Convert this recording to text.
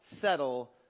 settle